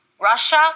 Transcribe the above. Russia